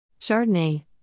Chardonnay